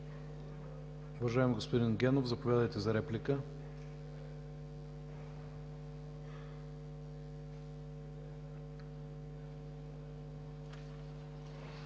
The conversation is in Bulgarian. Уважаеми господин Генов, заповядайте за реплика.